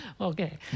Okay